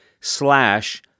slash